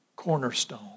Cornerstone